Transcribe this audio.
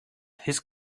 his